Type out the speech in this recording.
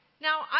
Now